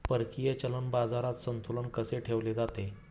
परकीय चलन बाजारात संतुलन कसे ठेवले जाते?